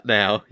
now